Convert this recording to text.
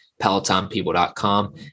pelotonpeople.com